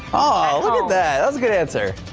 ah o that's good answer.